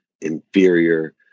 inferior